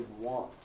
want